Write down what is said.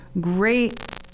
great